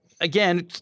Again